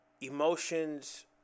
emotions